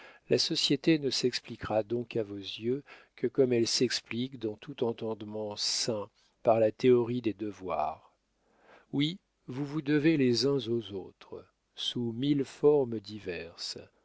la société ne s'expliquera donc à vos yeux que comme elle s'explique dans tout entendement sain par la théorie des devoirs oui vous vous devez les uns aux autres sous mille formes diverses